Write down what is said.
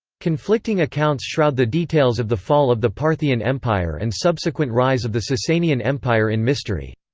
conflicting accounts shroud the details of the fall of the parthian empire and subsequent rise of the sassanian empire in mystery.